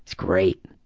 great,